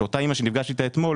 שאותה אמא שנפגשתי איתה אתמול